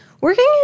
Working